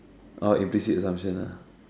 oh implicit assumption ah